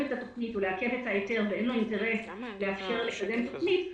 את התוכנית או לעכב את ההיתר ואין לו אינטרס לאפשר לקדם תוכנית,